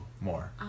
more